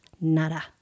Nada